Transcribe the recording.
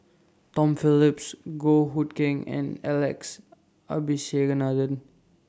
Tom Phillips Goh Hood Keng and Alex Abisheganaden